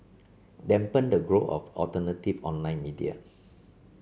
dampen the growth of alternative online media